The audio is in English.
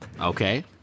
Okay